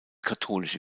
katholische